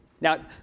Now